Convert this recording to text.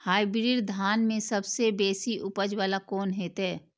Hybrid धान में सबसे बेसी उपज बाला कोन हेते?